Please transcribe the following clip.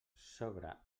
sogra